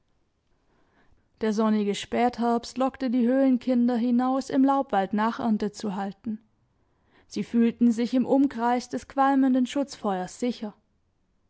der sonnige spätherbst lockte die höhlenkinder hinaus im laubwald nachernte zu halten sie fühlten sich im umkreis des qualmenden schutzfeuers sicher